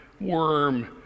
worm